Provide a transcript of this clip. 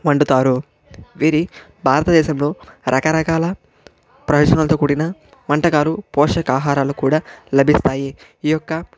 వండుతారు వీరి భారతదేశంలో రకరకాల ప్రయోజనాలతో కూడిన వంటకాలు పోషక ఆహారాలు కూడా లభిస్తాయి ఈ యొక్క